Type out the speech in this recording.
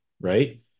right